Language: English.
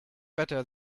better